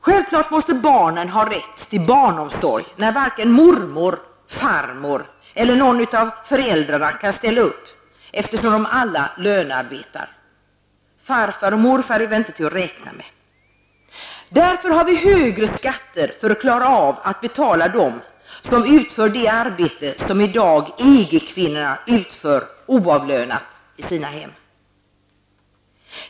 Självfallet måste barnen ha rätt till barnomsorg när varken mormor, farmor eller någon av föräldrarna kan ställa upp, eftersom de alla lönearbetar; farfar och morfar är väl inte till att räkna med! Därför har vi högre skatter för att klara av att betala den som utför det arbete som i dag EG-kvinnorna utför oavlönat i sina hem.